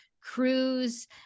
Cruise